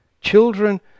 Children